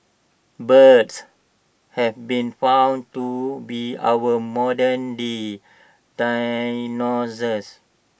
birds have been found to be our modernday dinosaurs